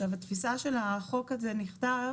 התפיסה של החוק הזה, נכתב